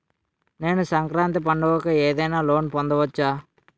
నేను సంక్రాంతి పండగ కు ఏదైనా లోన్ పొందవచ్చా?